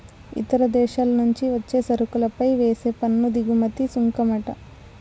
ఇతర దేశాల నుంచి వచ్చే సరుకులపై వేసే పన్ను దిగుమతి సుంకమంట